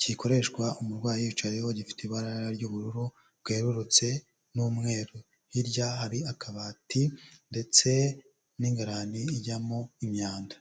gikoreshwa umurwayi yicayeho gifite ibara ry'ubururu bwerurutse n'umweru, hirya hari akabati ndetse n'ingarani ijyamo imyanda.